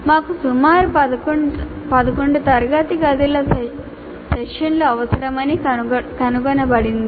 మాకు సుమారు 11 తరగతి గదుల సెషన్లు అవసరమని కనుగొనబడింది